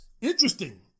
interesting